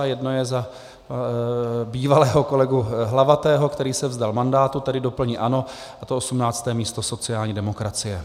Jedno je za bývalého kolegu Hlavatého, který se vzdal mandátu, tedy doplní ANO, a to 18. místo sociální demokracie.